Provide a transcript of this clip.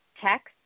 text